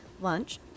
lunch